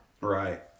Right